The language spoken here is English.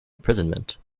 imprisonment